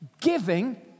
giving